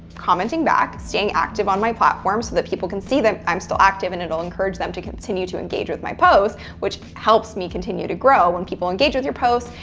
commenting back, staying active on my platform. so that people can see that i'm still active, and it'll encourage them to continue to engage with my posts, which helps me continue to grow. when people engage with your posts,